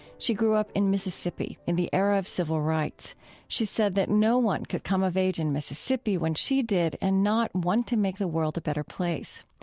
she grew up in mississippi in the era of civil rights she's said that no one could come of age in mississippi when she did and not want to make the world a better place.